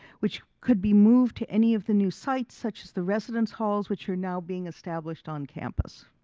which could be moved to any of the new sites, such as the residence halls, which are now being established on campus.